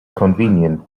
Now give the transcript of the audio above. convenient